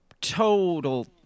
total